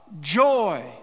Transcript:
joy